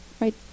Right